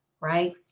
right